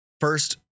first